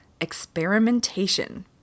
experimentation